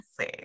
see